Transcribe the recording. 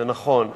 זה נכון,